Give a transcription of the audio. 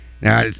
Now